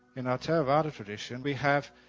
in our theravada tradition we have,